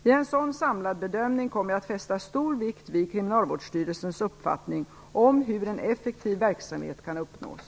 I en sådan samlad bedömning kommer jag att fästa stor vikt vid Kriminalvårdsstyrelsens uppfattning om hur en effektiv verksamhet kan uppnås.